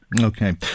Okay